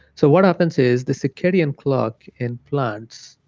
so what happens is the circadian clock in plants,